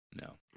No